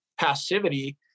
passivity